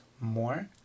more